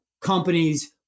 companies